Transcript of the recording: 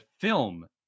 film